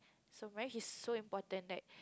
so very he's so important that